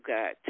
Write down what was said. God